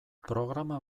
programa